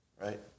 right